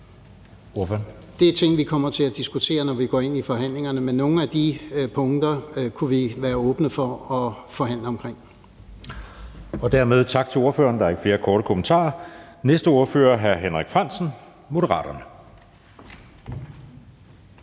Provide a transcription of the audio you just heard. Det er ting, vi kommer til at diskutere, når vi går ind i forhandlingerne. Men nogle af de punkter kunne vi være åbne for at forhandle om. Kl. 11:11 Anden næstformand (Jeppe Søe): Dermed tak til ordføreren. Der er ikke flere korte bemærkninger. Næste ordfører er hr. Henrik Frandsen, Moderaterne.